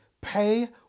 pay